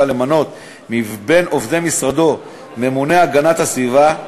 למנות מבין עובדי משרדו ממוני הגנת הסביבה,